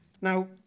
Now